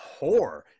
whore